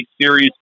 series